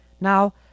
Now